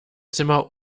zimmer